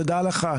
תודה רבה.